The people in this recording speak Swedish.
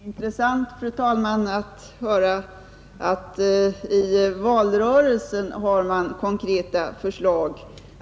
Fru talman! Nej, det var när regeringen lade fram sitt skatteförslag som vi framförde våra ändringsförslag.